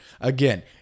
Again